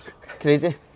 Crazy